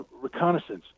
reconnaissance